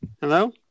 Hello